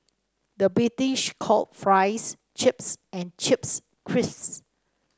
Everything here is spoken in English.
the British call fries chips and chips crisps